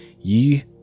Ye